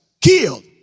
killed